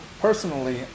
Personally